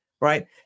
Right